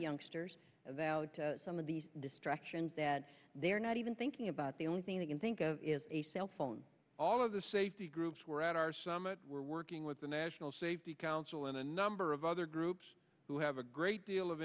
youngsters that some of these distractions that they're not even thinking about the only thing they can think of is a cell phone all of the safety groups we're at our summit we're working with the national safety council in a number of other groups who have a great deal of